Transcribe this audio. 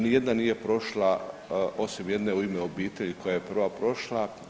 Ni jedna nije prošla osim jedna u ime obitelji koja je prva prošla.